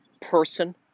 person